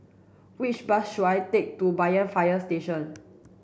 which bus should I take to Banyan Fire Station